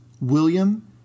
William